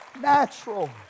natural